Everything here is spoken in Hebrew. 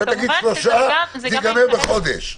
תגיד שלושה, זה ייגמר בחודש.